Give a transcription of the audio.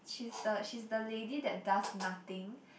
she's the she's the lady that does nothing